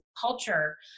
culture